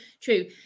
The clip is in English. true